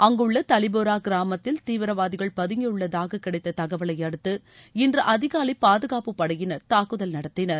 அங்குள்ள தலிபோரா கிராமத்தில் தீவிரவாதிகள் பதங்கியுள்ளதாக கிடைத்த தகவலையடுத்து இன்று அதிகாலை பாதுகாப்பு படையினர் தாக்குதல் நடத்தினர்